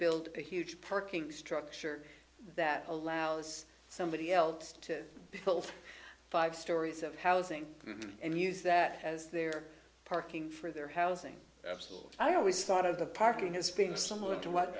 build a huge parking structure that allows somebody else to build five stories of housing and use that as their parking for their housing absolutely i always thought of the parking as being similar to what